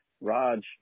Raj